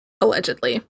allegedly